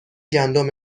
گندم